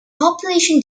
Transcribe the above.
population